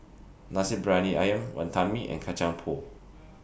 Nasi Briyani Ayam Wantan Mee and Kacang Pool